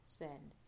send